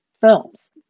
films